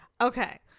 Okay